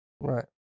right